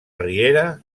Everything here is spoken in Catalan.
riera